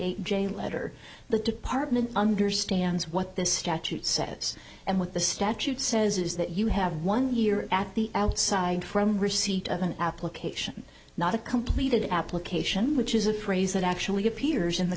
eight j letter the department understands what this statute says and what the statute says is that you have one year at the outside from receipt of an application not a completed application which is a phrase that actually get peters in the